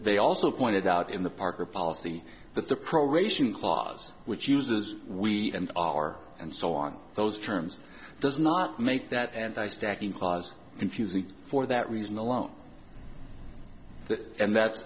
they also pointed out in the parker policy that the proration clause which uses we and our and so on those terms does not make that anti stacking clause confusing for that reason alone and that's